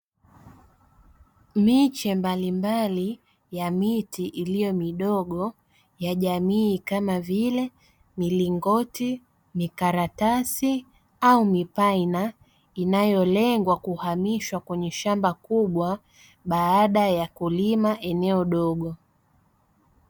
Miche mbalimbali ya miti iliyo midogo ya jamii kama vile: milingoti, mikaratusi au mipaina inayolengwa kuhamishwa kwenye shamba kubwa baada ya kulima eneo dogo.